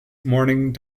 mourning